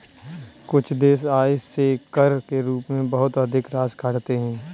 कुछ देश आय से कर के रूप में बहुत अधिक राशि काटते हैं